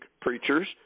preachers